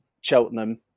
Cheltenham